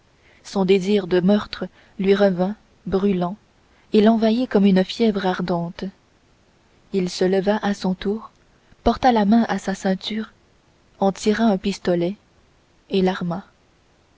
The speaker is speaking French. son désir de meurtre lui revint brûlant et l'envahit comme une fièvre ardente il se leva à son tour porta la main à sa ceinture en tira un pistolet et l'arma